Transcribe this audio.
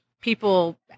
people